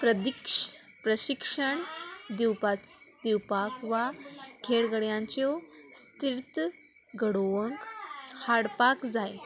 प्रदीश प्रशिक्षण दिवपाच दिवपाक वा खेळगड्यांच्यो स्थिर्थ घडोवंक हाडपाक जाय